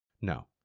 No